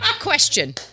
question